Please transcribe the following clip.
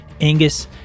Angus